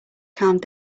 calmed